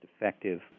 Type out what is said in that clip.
effective